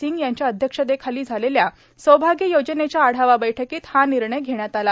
सिंग यांच्या अध्यक्षतेखाली झालेल्या सौभाग्य योजनेच्या आढावा बैठकीत हा निर्णय घेण्यात आला